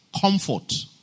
comfort